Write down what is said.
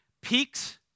peaks